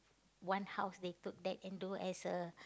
one house they took that into as a